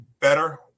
better